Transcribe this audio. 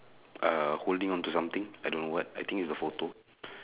err holding onto something I don't know what I think is a photo